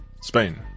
Spain